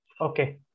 Okay